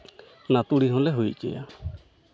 ᱚᱱᱟ ᱛᱩᱲᱤ ᱦᱚᱸᱞᱮ ᱦᱩᱭ ᱦᱚᱪᱚᱭᱟ